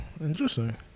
interesting